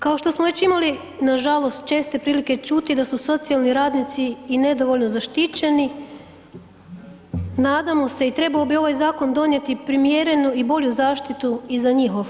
Kao što smo već imali nažalost česte prilike čuti da su socijalni radnici i nedovoljno zaštićeni nadamo se i trebao bi ovaj zakon donijeti primjerenu i bolju zaštitu i za njihov